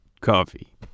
coffee